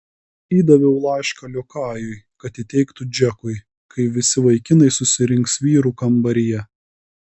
įdaviau laišką liokajui kad įteiktų džekui kai visi vaikinai susirinks vyrų kambaryje